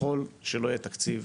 ככל שלא יהיה תקציב